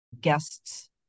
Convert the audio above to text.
guests